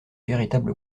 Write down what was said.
véritable